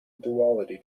duality